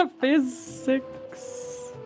physics